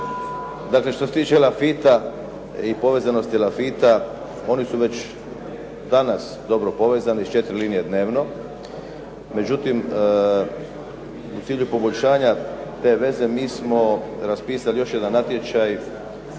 dakle što se tiče Elafita i povezanosti Elafita oni su već danas dobro povezani sa četiri linije dnevno. Međutim, u cilju poboljšanja te veze mi smo raspisali još jedan natječaj